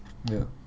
ya